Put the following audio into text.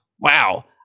Wow